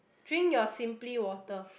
drink your simply water